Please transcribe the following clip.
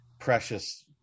precious